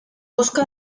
busca